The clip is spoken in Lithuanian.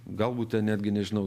galbūt ten netgi nežinau